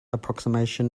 approximation